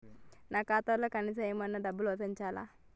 నా ఖాతాలో కనీసం ఏమన్నా డబ్బులు ఉంచాలా?